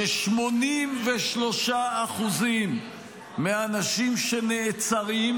ש-83% מהאנשים שנעצרים